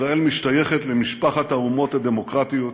ישראל משתייכת למשפחת האומות הדמוקרטיות,